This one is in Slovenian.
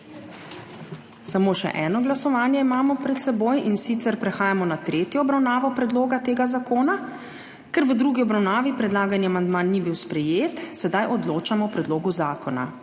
Samo še eno glasovanje imamo pred seboj. In sicer prehajamo na tretjo obravnavo predloga tega zakona. Ker v drugi obravnavi predlagani amandma ni bil sprejet, sedaj odločamo o Predlogu zakona.